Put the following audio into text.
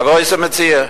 "א גרויסע מציאה"